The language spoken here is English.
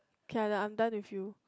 K I'm done with you